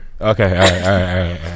Okay